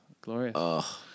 glorious